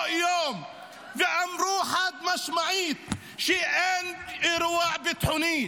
יום ואמרו חד-משמעית שאין אירוע ביטחוני.